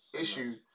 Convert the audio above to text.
issue